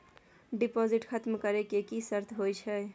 Deposit खतम करे के की सर्त होय छै?